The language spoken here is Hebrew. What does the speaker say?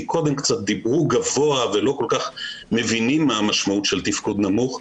כי קודם קצת דיברו גבוה ולא כל כך מבינים מה המשמעות של תפקוד נמוך.